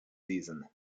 season